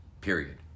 period